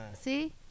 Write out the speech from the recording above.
See